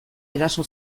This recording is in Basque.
eraso